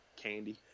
candy